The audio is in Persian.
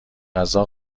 غذا